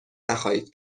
نخواهید